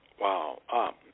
Wow